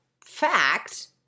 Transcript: fact